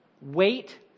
wait